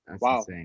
wow